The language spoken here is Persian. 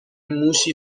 موشی